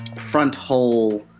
front hole!